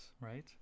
right